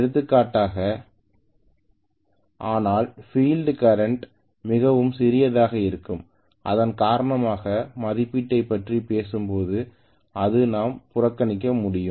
எடுத்துக்காட்டாக ஆனால் field current மிகவும் சிறியதாக இருக்கும் இதன் காரணமாக மதிப்பீட்டைப் பற்றி பேசும்போது அதை நாம் புறக்கணிக்க முடியும்